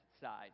side